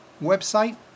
website